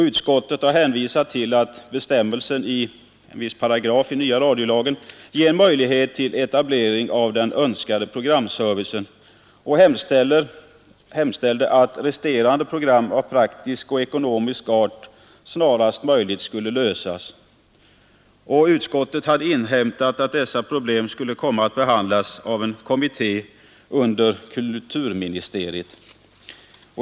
Utskottet hänvisade till att bestämmelsen i en viss paragraf i nya radiolagen ger möjlighet till etablering av den önskade programservicen och hemställde att resterande problem av praktisk och ekonomisk art snarast möjligt skulle lösas. Utskottet hade inhämtat att dessa problem skulle komma att behandlas av en kommitté under kulturministeriet.